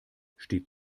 steht